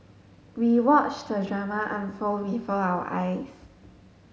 we watched the drama unfold before our eyes